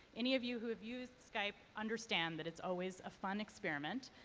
any of you who have used skype understand that it's always a fun experiment.